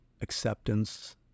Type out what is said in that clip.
acceptance